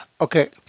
Okay